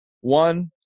One